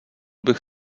bych